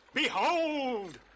Behold